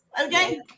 okay